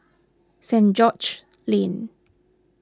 Saint George's Lane